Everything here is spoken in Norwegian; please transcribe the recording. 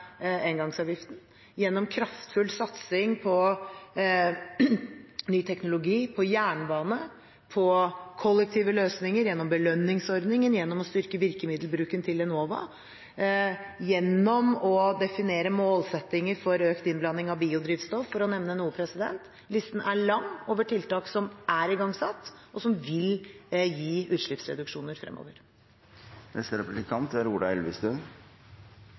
engangsavgiften, gjennom kraftfull satsing på ny teknologi, på jernbane, på kollektive løsninger gjennom belønningsordningen, gjennom å styrke virkemiddelbruken til Enova og gjennom å definere målsettinger for økt innblanding av biodrivstoff, for å nevne noe. Listen er lang over tiltak som er igangsatt, og som vil gi utslippsreduksjoner fremover. Jeg er enig med statsråden i at dette forslaget egentlig ikke er